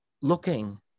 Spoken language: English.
looking